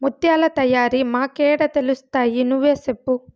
ముత్యాల తయారీ మాకేడ తెలుస్తయి నువ్వే సెప్పు